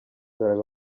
dore